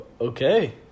Okay